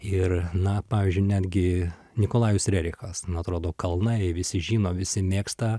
ir na pavyzdžiui netgi nikolajus rerichas na atrodo kalnai visi žino visi mėgsta